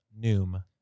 Noom